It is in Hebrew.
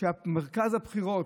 שמרכז הבחירות,